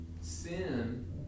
Sin